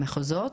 במחוזות?